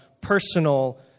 personal